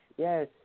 Yes